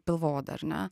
pilvo odą ar ne